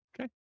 Okay